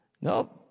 nope